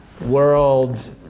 world